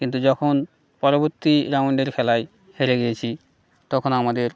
কিন্তু যখন পরবর্তী রাউন্ডের খেলায় হেরে গিয়েছি তখন আমাদের